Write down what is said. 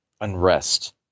unrest